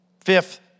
Fifth